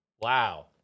Wow